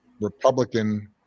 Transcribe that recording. Republican